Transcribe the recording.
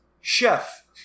chef